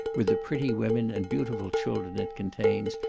with the pretty women and beautiful children it contains,